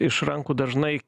iš rankų dažnai